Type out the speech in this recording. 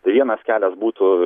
tai vienas kelias būtų